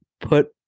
put